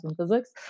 physics